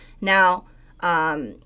Now